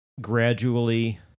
gradually